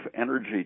energy